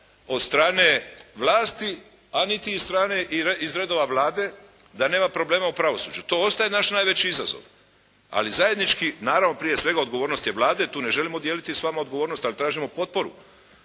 od strane vlasti a niti iz strane iz redova Vlade da nema problema u pravosuđu. To ostaje naš najveći izazov. Ali zajednički, naravno prije svega odgovornost je Vlade, tu ne želimo dijeliti s vama odgovornost ali tražimo potporu